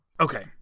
Okay